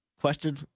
question